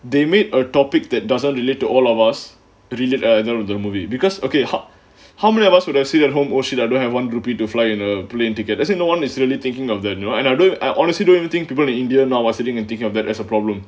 they made a topic that doesn't relate to all of us relate either with the movie because okay how how many of us would I sit at home or shit I don't have one rupee do fly in a plane ticket that's in no one is really thinking of their new or another I honestly don't anything people in india now while sitting and thinking of them as a problem